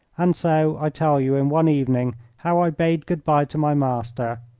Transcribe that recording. and so i tell you in one evening how i bade good-bye to my master,